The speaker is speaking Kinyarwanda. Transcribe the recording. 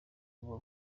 uba